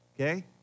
okay